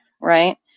right